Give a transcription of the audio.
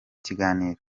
kiganiro